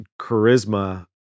charisma